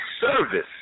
service